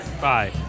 Bye